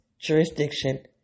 jurisdiction